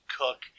cook